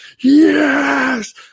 Yes